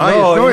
לא,